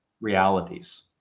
realities